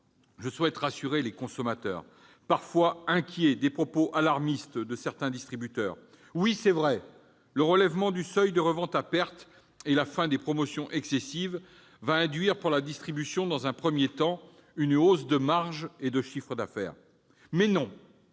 je souhaite rassurer les consommateurs, parfois inquiets des propos alarmistes de certains distributeurs. Oui, c'est vrai, le relèvement du seuil de revente à perte et la fin des promotions excessives vont induire pour la distribution, dans un premier temps, une hausse de marge et de chiffre d'affaires. Mais non,